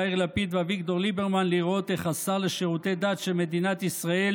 יאיר לפיד ואביגדור ליברמן לראות איך השר לשירותי דת של מדינת ישראל,